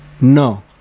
No